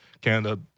Canada